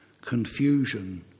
confusion